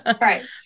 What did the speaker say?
Right